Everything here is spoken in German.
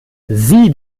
sieh